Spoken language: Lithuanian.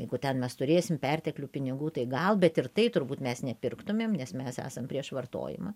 jeigu ten mes turėsim perteklių pinigų tai gal bet ir tai turbūt mes nepirktumėm nes mes esam prieš vartojimą